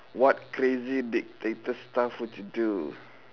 what crazy dictator stuff would you do